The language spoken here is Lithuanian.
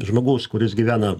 žmogus kuris gyvena